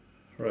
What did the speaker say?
right